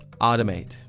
automate